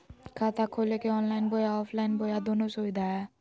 खाता खोले के ऑनलाइन बोया ऑफलाइन बोया दोनो सुविधा है?